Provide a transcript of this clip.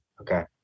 Okay